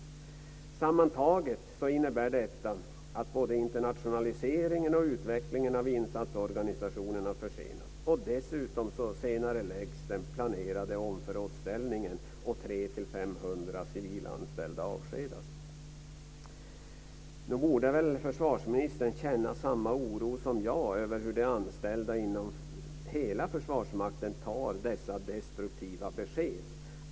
Sammantaget innebär detta att både internationaliseringen och utvecklingen av insatsorganisationerna försenas. Dessutom senareläggs den planerade omförrådsställningen och 300-500 civilanställda avskedas. Nog borde väl försvarsministern känna samma oro som jag över hur de anställda inom hela Försvarsmakten tar dessa destruktiva besked.